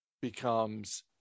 becomes